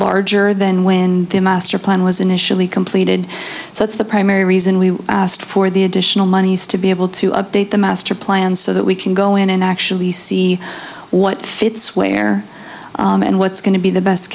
larger than when the master plan was initially completed so it's the primary reason we asked for the additional monies to be able to update the master plan so that we can go in and actually see what fits where and what's going to be the best